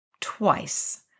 twice